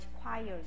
choirs